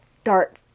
start